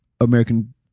American